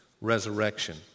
resurrection